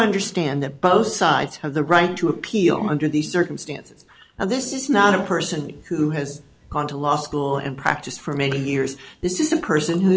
understand that both sides have the right to appeal under these circumstances and this is not a person who has gone to law school and practiced for many years this is a person who